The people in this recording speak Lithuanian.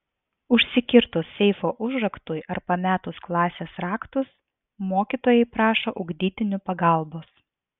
užsikirtus seifo užraktui ar pametus klasės raktus mokytojai prašo ugdytinių pagalbos